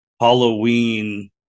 Halloween